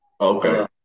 Okay